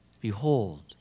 Behold